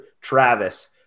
Travis